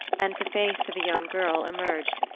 and the face of a young girl emerged,